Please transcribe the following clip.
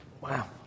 Wow